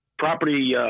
Property